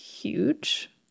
Huge